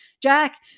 Jack